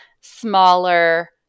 smaller